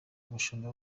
umushumba